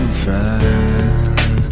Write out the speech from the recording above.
friend